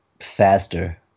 faster